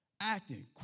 acting